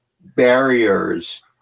barriers